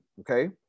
okay